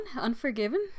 Unforgiven